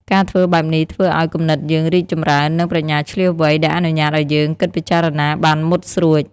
ការធ្វើបែបនេះធ្វើឱ្យ គំនិតយើងរីកចម្រើន និង ប្រាជ្ញាឈ្លាសវៃ ដែលអនុញ្ញាតឱ្យយើង គិតពិចារណាបានមុតស្រួច។